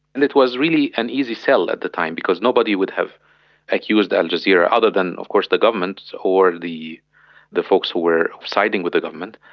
and it was really an easy sell at the time because nobody would have accused al jazeera, other than of course the government or the the folks who were siding with the government.